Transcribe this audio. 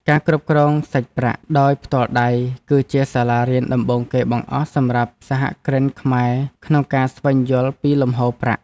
ការគ្រប់គ្រងសាច់ប្រាក់ដោយផ្ទាល់ដៃ គឺជាសាលារៀនដំបូងគេបង្អស់សម្រាប់សហគ្រិនខ្មែរក្នុងការស្វែងយល់ពីលំហូរប្រាក់។